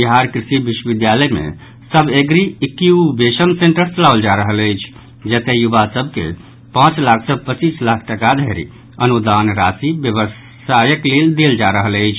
बिहार कृषि विश्वविद्यालय मे सब एग्री इक्यूवेशन सेंटर चलाओल जा रहल अछि जतय युवा सभ के पांच लाख सॅ पच्चीस लाख टाका धरि अनुदान राशि व्यवसायक लेल देल जा रहल अछि